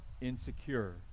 insecure